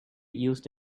used